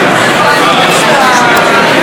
העשרים 6 היו"ר יולי